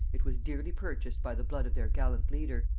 it was dearly purchased by the blood of their gallant leader,